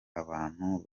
abantu